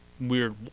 weird